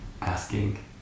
asking